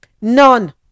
None